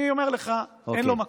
אני אומר לך שאין לו מקום.